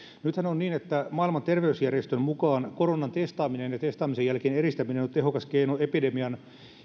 nythän on niin että maailman terveysjärjestön mukaan koronan testaaminen ja testaamisen jälkeinen eristäminen on tehokas keino epidemian